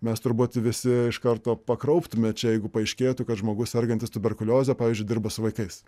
mes turbūt visi iš karto pakrauptume čia jeigu paaiškėtų kad žmogus sergantis tuberkulioze pavyzdžiui dirba su vaikais